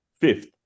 fifth